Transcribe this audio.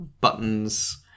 buttons